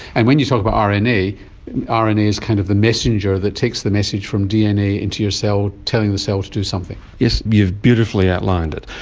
and when you talk about ah rna, ah rna is kind of the messenger that takes the message from dna into your cell, telling the cell to do something. yes, you've beautifully outlined it.